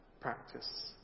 practice